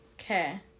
Okay